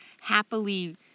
happily